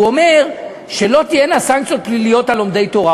הוא אומר שלא תהיינה סנקציות פליליות על לומדי תורה.